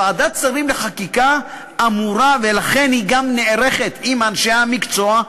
ועדת שרים לחקיקה אמורה ולכן היא גם נערכת עם אנשי המקצוע,